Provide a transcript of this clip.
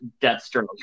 Deathstroke